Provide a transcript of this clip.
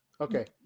Okay